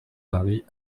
paris